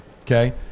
okay